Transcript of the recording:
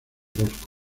bosco